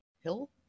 hilt